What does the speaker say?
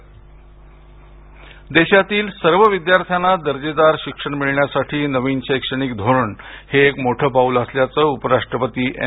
नायडू देशातील सर्व विद्यार्थ्यांना दर्जेदार शिक्षण मिळण्यासाठी नवीन शैक्षणिक धोरण हे एक मोठं पाऊल असल्याचं उपराष्ट्रपती एम